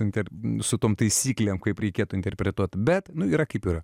interviu su tom taisyklėm kaip reikėtų interpretuot bet nu yra kaip yra